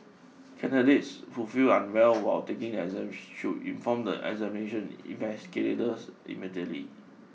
candidates who feel unwell while taking the exams should inform the examination investigators immediately